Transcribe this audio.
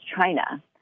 China